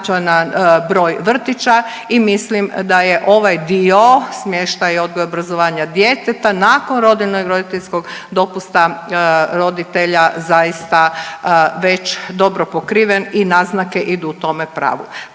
broj vrtića i mislim da je ovaj dio smještaj odgoja i obrazovanja djeteta nakon rodiljnog i roditeljskog dopusta roditelja zaista već dobro pokriven i naznake idu u tome pravu,